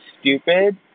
stupid